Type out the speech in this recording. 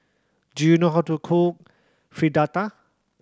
do you know how to cook Fritada